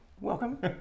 Welcome